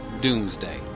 Doomsday